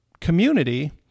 community